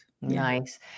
Nice